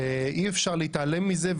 אי-אפשר להתעלם מזה,